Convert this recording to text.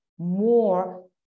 more